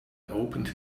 opened